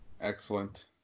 Excellent